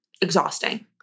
exhausting